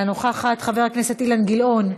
אינה נוכחת, חבר הכנסת אילן גילאון,